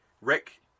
Rick